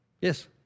Yes